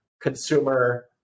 consumer